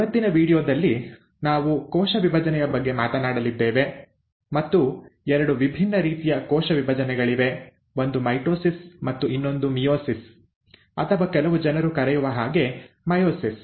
ಇವತ್ತಿನ ವೀಡಿಯೋದಲ್ಲಿ ನಾವು ಕೋಶ ವಿಭಜನೆಯ ಬಗ್ಗೆ ಮಾತನಾಡಲಿದ್ದೇವೆ ಮತ್ತು ಎರಡು ವಿಭಿನ್ನ ರೀತಿಯ ಕೋಶ ವಿಭಜನೆಗಳಿವೆ ಒಂದು ಮೈಟೊಸಿಸ್ ಮತ್ತು ಇನ್ನೊಂದು ಮಿಯೋಸಿಸ್ ಅಥವಾ ಕೆಲವು ಜನರು ಕರೆಯುವ ಹಾಗೆ ಮೈಯೋಸಿಸ್